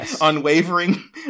unwavering